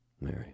Mary